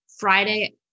Friday